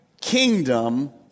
kingdom